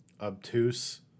obtuse